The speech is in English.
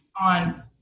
on